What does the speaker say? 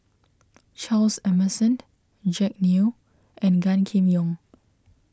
Charles Emmerson Jack Neo and Gan Kim Yong